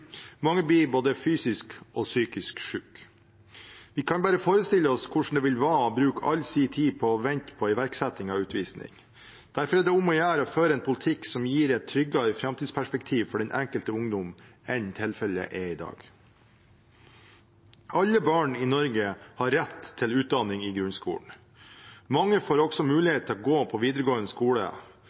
Mange blir både fysisk og psykisk syke. Vi kan bare forestille oss hvordan det ville være å bruke all sin tid på å vente på iverksetting av utvisning. Derfor er det om å gjøre å føre en politikk som gir et tryggere framtidsperspektiv for den enkelte ungdom, enn tilfellet er i dag. Alle barn i Norge har rett til utdanning i grunnskolen. Mange får også mulighet til å gå på videregående skole,